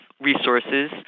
resources